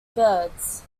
birds